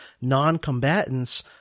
non-combatants